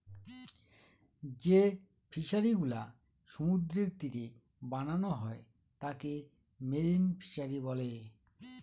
যে ফিশারিগুলা সমুদ্রের তীরে বানানো হয় তাকে মেরিন ফিশারী বলে